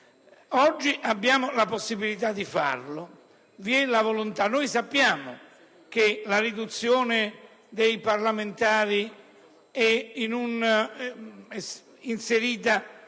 Oggi abbiamo la possibilità e la volontà di farlo. Sappiamo che la riduzione dei parlamentari è inserita